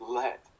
let